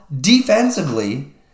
Defensively